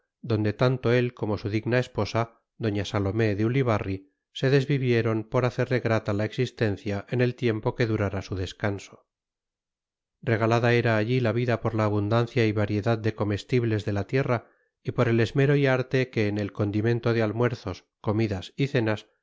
donde tanto él como su digna esposa doña salomé de ulibarri se desvivieron por hacerle grata la existencia en el tiempo que durara su descanso regalada era allí la vida por la abundancia y variedad de comestibles de la tierra y por el esmero y arte que en el condimento de almuerzos comidas y cenas